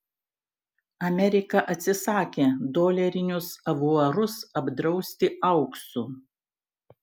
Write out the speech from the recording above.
amerika atsisakė dolerinius avuarus apdrausti auksu